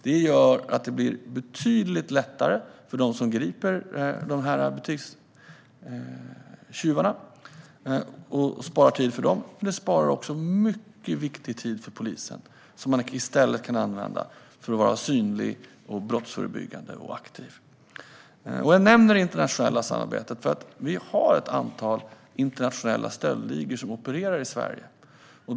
Det gör det betydligt lättare för dem som griper butikstjuvarna, eftersom det sparar tid, och det sparar också mycket viktig tid för polisen som de i stället kan använda för att vara synliga, brottsförebyggande och aktiva. Detta kommer att rullas ut på fler ställen. Jag nämner det internationella samarbetet, därför att vi har ett antal internationella stöldligor som opererar i Sverige.